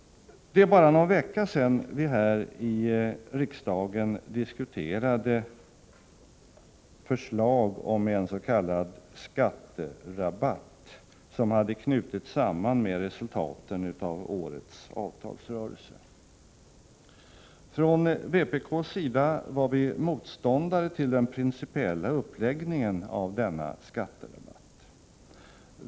Det är bara någon vecka sedan vi här i riksdagen diskuterade förslag om en s.k. skatterabatt, som hade knutits samman med resultaten av årets avtalsrörelse. Vpk var motståndare till den principiella uppläggningen av denna skatterabatt.